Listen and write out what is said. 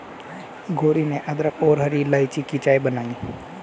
गौरी ने अदरक और हरी इलायची की चाय बनाई